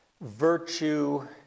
virtue